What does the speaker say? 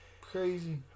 crazy